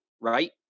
right